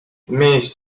mees